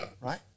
right